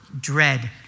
dread